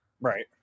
Right